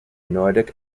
nordic